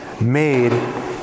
made